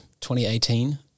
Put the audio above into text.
2018